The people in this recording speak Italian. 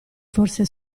forze